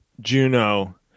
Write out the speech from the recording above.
Juno